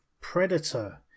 Predator